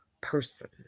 person